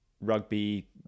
rugby